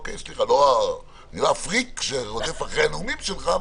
אני לא הפריק שרודף אחרי הנאומים שלך,